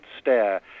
stare